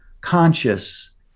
conscious